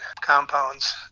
compounds